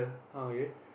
ah okay